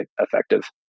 effective